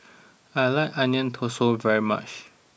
I like Onion Thosai very much